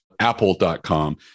Apple.com